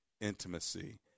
intimacy